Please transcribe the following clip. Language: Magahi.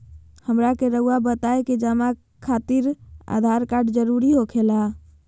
हमरा के रहुआ बताएं जमा खातिर आधार कार्ड जरूरी हो खेला?